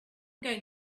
going